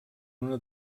una